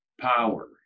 power